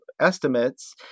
estimates